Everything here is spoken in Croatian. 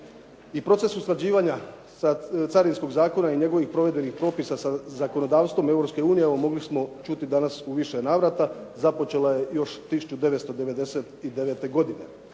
i proces usklađivanja Carinskog zakona i njegovih provedbenih propisa sa zakonodavstvom Europske unije, evo mogli smo čuti danas u više navrata, započela je još 1999. godine.